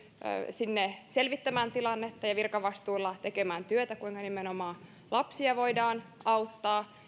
sinne selvittämään tilannetta ja virkavastuulla tekemään työtä siinä kuinka nimenomaan lapsia voidaan auttaa